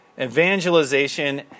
Evangelization